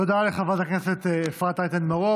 תודה לחברת הכנסת אפרת רייטן מרום.